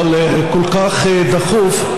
אבל כל כך דחוף,